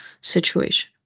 situation